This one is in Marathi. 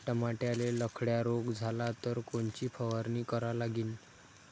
टमाट्याले लखड्या रोग झाला तर कोनची फवारणी करा लागीन?